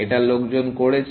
এটা লোকজন করেছে